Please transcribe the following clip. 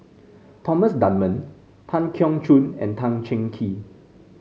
Thomas Dunman Tan Keong Choon and Tan Cheng Kee